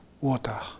water